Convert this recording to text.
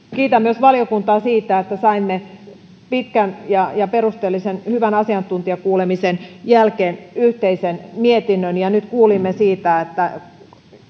kiitän myös valiokuntaa siitä että saimme pitkän ja ja perusteellisen hyvän asiantuntijakuulemisen jälkeen yhteisen mietinnön nyt kuulimme siitä että